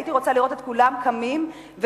הייתי רוצה לראות את כולם קמים וזועקים